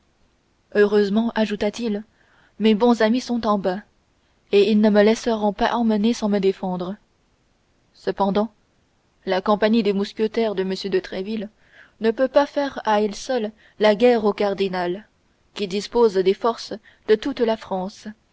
heureusement ajouta-t-il mes bons amis sont en bas et ils ne me laisseront pas emmener sans me défendre cependant la compagnie des mousquetaires de m de tréville ne peut pas faire à elle seule la guerre au cardinal qui dispose des forces de toute la france